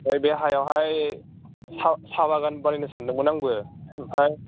बे हायावहाय साहा साहा बागान बानायनो सानदोंमोन आंबो ओमफ्राय